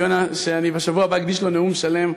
יונה שאני בשבוע הבא אקדיש לו נאום שלם,